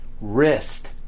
wrist